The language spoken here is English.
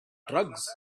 drugs